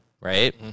right